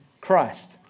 Christ